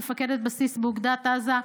לצערי בתקופה שהייתי מפקדת בסיס באוגדת עזה,